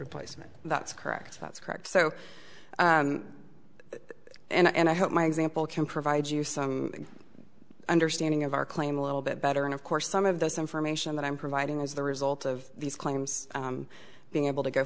replacement that's correct that's correct so and i hope my example can provide you some understanding of our claim a little bit better and of course some of this information that i'm providing is the result of these claims being able to go